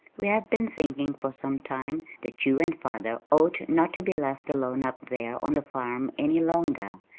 we have been thinking for some time that you and father ought not to be left alone up there on the farm any longer.